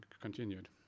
continued